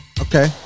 Okay